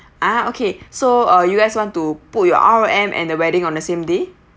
ah okay so uh you guy want to put your R_O_M and the wedding on the same day